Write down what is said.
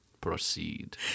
Proceed